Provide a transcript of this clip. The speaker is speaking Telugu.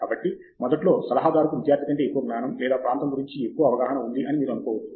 కాబట్టి మొదట్లో సలహాదారుకు విద్యార్థి కంటే ఎక్కువ జ్ఞానం లేదా ప్రాంతం గురించి ఎక్కువ అవగాహన ఉంది అని మీరు అనుకోవచ్చు